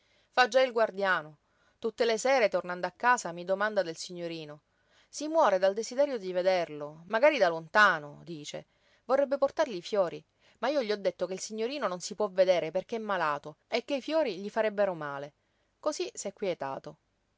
fa già il guardiano tutte le sere tornando a casa mi domanda del signorino si muore dal desiderio di vederlo magari da lontano dice vorrebbe portargli i fiori ma io gli ho detto che il signorino non si può vedere perché è malato e che i fiori gli farebbero male cosí s'è